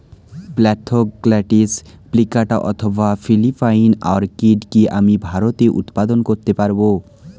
Spathoglottis plicata অথবা Philippine orchid কি আমি ভারতে উৎপাদন করতে পারবো?